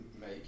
make